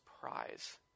prize